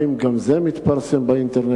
האם גם זה מתפרסם באינטרנט,